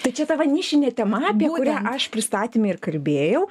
tai čia ta va nišinė tema apie kurią aš pristatyme ir kalbėjau